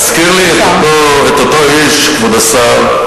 מזכיר לי את אותו איש, כבוד השר,